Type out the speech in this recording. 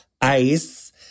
ice